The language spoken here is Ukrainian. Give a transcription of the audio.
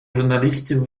журналістів